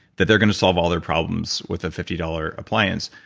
that they're going to solve all their problems with a fifty dollars appliance,